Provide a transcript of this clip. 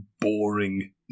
boring